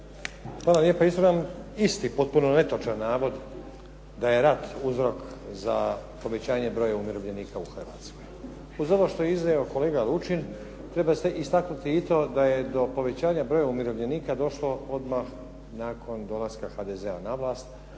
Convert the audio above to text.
Ispravljam isti, potpuno netočan navod da je rat uzrok za povećanje broja umirovljenika u Hrvatskoj. Uz ovo što je iznio kolega Lučin, treba se istaknuti i to da je do povećanja broja umirovljenika došlo odmah nakon dolaska HDZ-a na vlast,